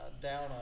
down